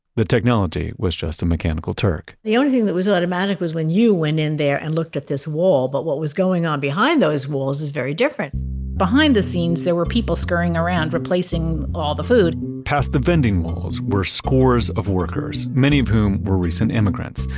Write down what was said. the technology was just a mechanical turk the only thing that was automatic was when you went in there and looked at this wall, but what was going on behind those walls is very different behind the scenes there were people scurrying around, replacing all the food past the vending walls were scores of workers, many of whom were recent immigrants,